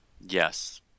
Yes